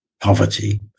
poverty